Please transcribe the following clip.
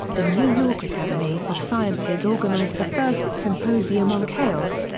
the new york academy of sciences organized the first symposium on chaos,